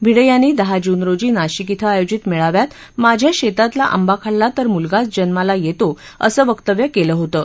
भिडे यांनी दहा जून रोजी नाशिक क्रि आयोजित मेळाव्यात माझ्या शेतातला आंबा खाल्ला तर मुलगाच जन्माला येतो असं वक्तव्य केलं होतं